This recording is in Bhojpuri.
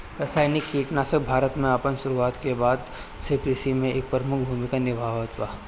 रासायनिक कीटनाशक भारत में अपन शुरुआत के बाद से कृषि में एक प्रमुख भूमिका निभावता